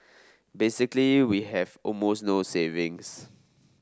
basically we have almost no savings